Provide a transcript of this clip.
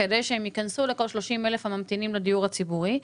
כדי שהם ייכנסו לכל 30 אלף הממתינים לדיור הציבורי,